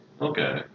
Okay